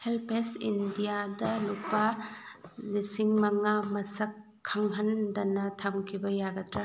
ꯍꯦꯜ ꯄꯦꯖ ꯏꯟꯗꯤꯌꯥꯗ ꯂꯨꯄꯥ ꯂꯤꯁꯤꯡ ꯃꯉꯥ ꯃꯁꯛ ꯈꯪꯍꯟꯗꯅ ꯊꯝꯈꯤꯕ ꯌꯥꯒꯗ꯭ꯔꯥ